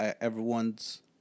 everyone's